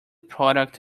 product